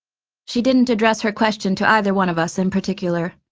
she didn't address her question to either one of us in particular.